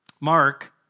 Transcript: Mark